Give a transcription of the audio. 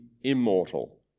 immortal